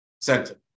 Center